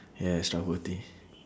yes trustworthy